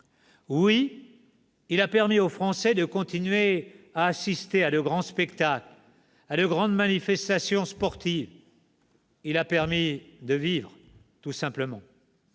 Oui, il a permis aux Français de continuer à assister à de grands spectacles, à de grandes manifestations sportives ! Il a permis de vivre, tout simplement.